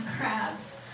crabs